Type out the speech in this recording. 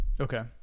Okay